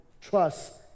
Trust